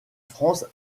france